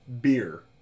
beer